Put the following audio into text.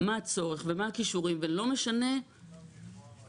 מה הצורך ומה הכישורים ולא משנה במי